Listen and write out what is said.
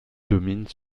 dominent